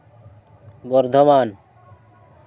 Bardhaman